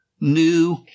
New